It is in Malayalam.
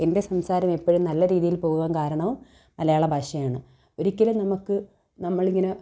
എൻ്റെ സംസാരം എപ്പഴും നല്ല രീതിയിൽ പോകാൻ കാരണവും മലയാള ഭാഷയാണ് ഒരിക്കലും നമുക്ക് നമ്മൾ ഇങ്ങനെ